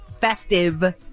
FESTIVE